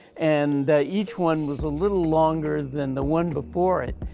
and each one was a little longer than the one before it.